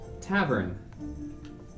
tavern